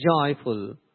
joyful